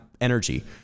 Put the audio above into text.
energy